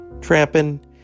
trampin